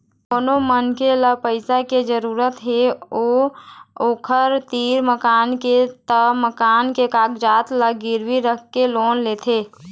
कोनो मनखे ल पइसा के जरूरत हे अउ ओखर तीर मकान के त मकान के कागजात ल गिरवी राखके लोन लेथे